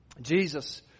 Jesus